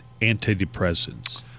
antidepressants